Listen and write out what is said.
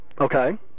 Okay